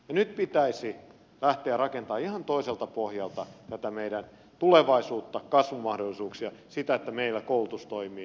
nyt pitäisi lähteä rakentamaan ihan toiselta pohjalta tätä meidän tulevaisuutta kasvumahdollisuuksia sitä että meillä koulutus toimii